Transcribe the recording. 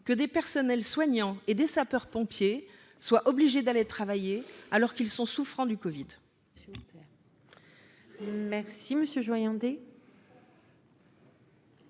que des personnels soignants et des sapeurs-pompiers soit obligé d'aller travailler alors qu'ils sont souffrant du Covid.